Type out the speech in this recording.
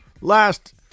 last